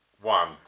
one